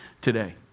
today